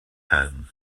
home